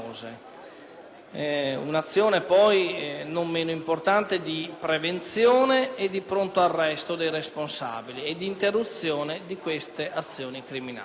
l'opera non meno importante di prevenzione e di pronto arresto dei responsabili e di interruzione delle azioni criminali.